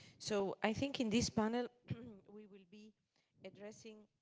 so i think in this panel, we will be addressing